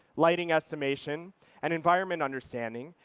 lighting estimation and environment understanding.